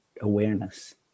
awareness